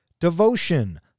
devotion